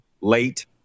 late